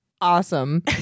Awesome